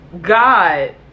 God